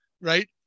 right